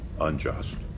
unjust